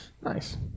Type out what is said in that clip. nice